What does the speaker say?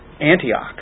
Antioch